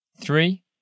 Three